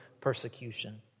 persecution